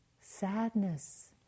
Sadness